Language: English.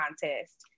contest